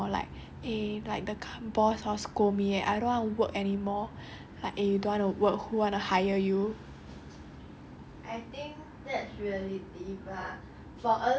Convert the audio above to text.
then 将来 right when I'm alone right I feel like I can also 认幸 anymore like eh like the the boss hor scold me eh and I don't wanna work anymore but you don't want to work who wanna hire you